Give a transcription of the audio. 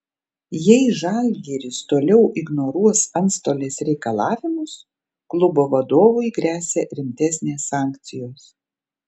jei žalgiris toliau ignoruos antstolės reikalavimus klubo vadovui gresia rimtesnės sankcijos